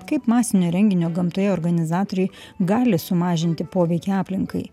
kaip masinio renginio gamtoje organizatoriai gali sumažinti poveikį aplinkai